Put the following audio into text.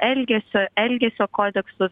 elgesio elgesio kodeksus